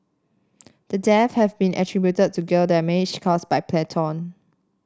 the deaths have been attributed to gill damage caused by plankton